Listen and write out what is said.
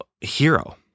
hero